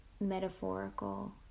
metaphorical